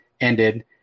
ended